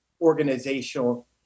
organizational